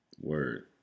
Word